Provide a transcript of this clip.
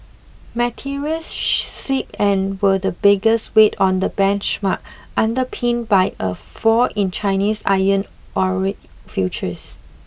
materials slipped and were the biggest weight on the benchmark underpinned by a fall in Chinese iron ore futures